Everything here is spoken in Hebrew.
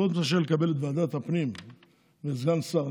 חוץ מאשר לקבל את ועדת הפנים וסגן שר,